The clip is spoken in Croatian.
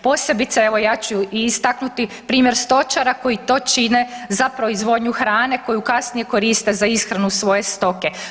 Posebice evo ja ću istaknuti primjer stočara koji to čine za proizvodnju hrane koju kasnije koriste za ishranu svoje stoke.